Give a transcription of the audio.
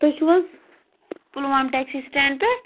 تُہۍ چھِو حظ پُلوامہِ ٹیکسی سِٹینٛڈ پٮ۪ٹھ